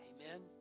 Amen